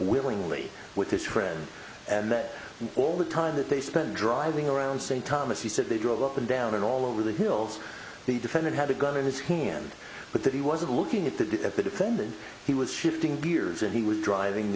willingly with his friend and that all the time that they spent driving around st thomas he said they drove up and down and all over the hills the defendant had a gun in his hand but that he wasn't looking at the defendant he was shifting gears and he was driving